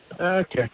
okay